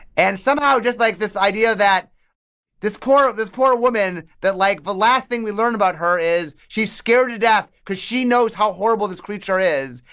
and somehow just like this idea that this poor this poor woman that like the last thing we learn about her is she's scared to death because she knows how horrible this creature is,